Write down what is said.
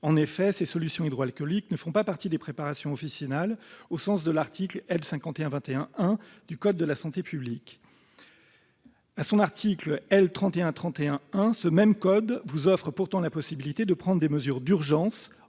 En effet, ces solutions hydroalcooliques ne font pas partie des préparations officinales au sens de l'article L. 5121-1 du code de la santé publique. À son article L. 3131-1, ce même code vous offre pourtant la possibilité de prendre des mesures d'urgence